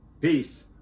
Peace